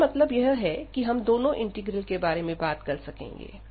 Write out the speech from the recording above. इसका मतलब यह है की हम दोनों इंटीग्रल के बारे में बात कर सकेंगे